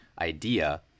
idea